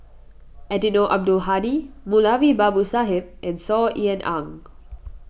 Eddino Abdul Hadi Moulavi Babu Sahib and Saw Ean Ang